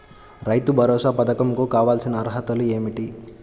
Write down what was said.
రైతు భరోసా పధకం కు కావాల్సిన అర్హతలు ఏమిటి?